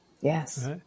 Yes